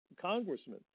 congressman